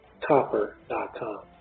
copper.com